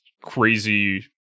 crazy